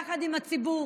יחד עם הציבור,